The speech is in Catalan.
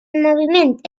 moviment